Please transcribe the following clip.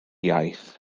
iaith